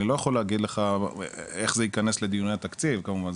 אני לא יכול להגיד לך איך זה ייכנס לדיוני התקציב כמובן,